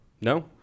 No